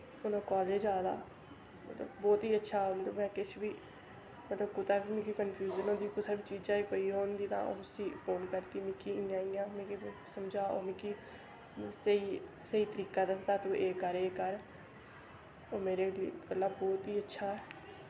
हून ओह् कालेज जा दा ते बौह्त ही अच्छा मतलव किश बी कुतै बी मिगी कन्फयुजन होंदी कुसै बी चीजै दी कोई ओह् होंदी तां उस्सी फोन करदी मिकी इ'यां इ'यां मिकी समझाओ मिकी स्हेई तरीका दस्सदा तु एह् कर एह् कर ओह् मेरे गल्ला बौह्त ही अच्छा